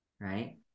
right